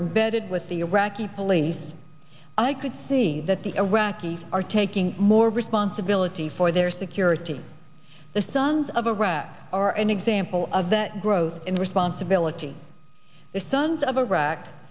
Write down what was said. embedded with the iraqi police i could see that the iraqis are taking more responsibility for their security the sons of iraq are an example of that growth and responsibility the sons of iraq